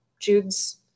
jude's